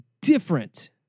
different